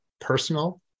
personal